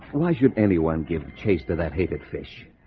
why should anyone give chase to that hated fish?